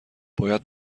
باید